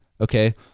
okay